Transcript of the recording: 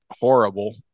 Horrible